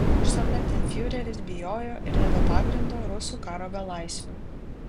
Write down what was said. štandartenfiureris bijojo ir ne be pagrindo rusų karo belaisvių